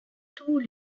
tout